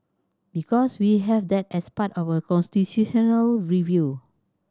because we have that as part of constitutional review